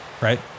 right